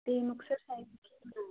ਤੇ ਮਕਤਸਰ